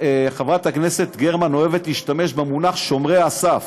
חברת הכנסת גרמן אוהבת להשתמש במונח "שומרי הסף".